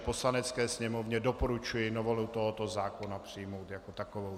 Poslanecké sněmovně doporučuji novelu tohoto zákona přijmout jako takovou.